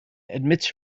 admits